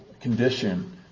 condition